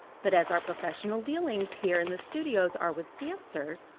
but as our professional dealings here in the studios are with dancers,